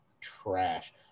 trash